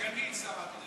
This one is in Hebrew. סגנית שר החוץ.